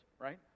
right